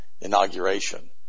inauguration